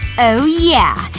oh yeah.